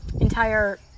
entire